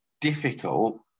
difficult